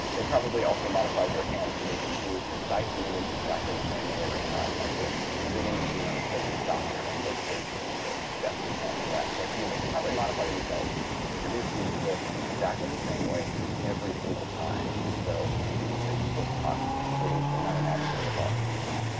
they probably also modified their hands so they can do precise movements exactly the same way every time. like the the big indojinsen on the show is a doctor and does surgery, so she's got implants for that. so i figured they could probably modify themselves to produce these glyphs exactly the same way every single time, and so it was a post hoc creation. not a naturally evolved system.